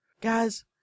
Guys